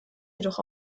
jedoch